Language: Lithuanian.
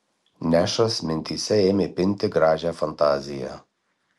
nešas mintyse ėmė pinti gražią fantaziją